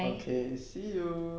okay see you